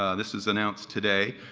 um this is announced today.